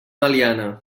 meliana